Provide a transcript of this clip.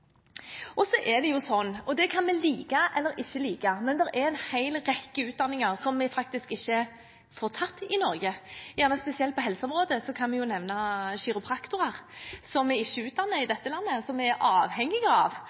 kan like det eller ikke, men det er en hel rekke utdanninger vi faktisk ikke får tatt i Norge. På helseområdet kan jeg nevne kiropraktorer, som vi ikke utdanner i dette landet, men som vi er avhengige av